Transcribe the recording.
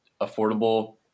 affordable